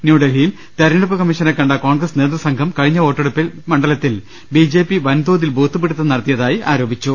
ന്യൂഡൽഹിയിൽ തെരഞ്ഞെടുപ്പ് കമ്മീഷനെ കണ്ട കോൺഗ്രസ് നേതൃസംഘം കഴിഞ്ഞ വോട്ടെടുപ്പിൽ മണ്ഡലത്തിൽ ബി ജെ പി വൻതോതിൽ ബൂത്ത്പിടുത്തം നടത്തിയതായി ആരോപിച്ചു